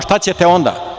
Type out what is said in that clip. Šta ćete onda?